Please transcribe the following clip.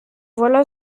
voilà